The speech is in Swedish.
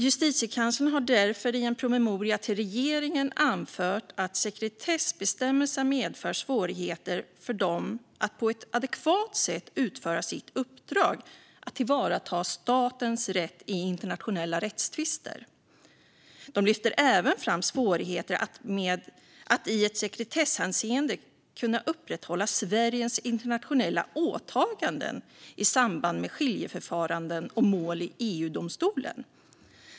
Justitiekanslern har därför i en promemoria till regeringen anfört att sekretessbestämmelserna medför svårigheter för myndigheten att på ett adekvat sätt utföra sitt uppdrag att tillvarata statens rätt i internationella rättstvister. Justitiekanslern lyfter även fram svårigheter med att i ett sekretesshänseende kunna upprätthålla Sveriges internationella åtaganden i samband med skiljeförfaranden och mål i EU-domstolen.